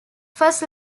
first